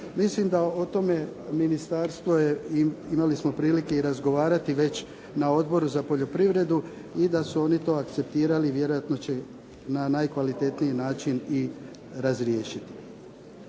mislim da o tome ministarstvo je, imali smo prilike i razgovarati već na Odboru za poljoprivredu i da su oni to akceptirali i vjerojatno će na najkvalitetniji način i razriješiti.